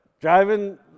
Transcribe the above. driving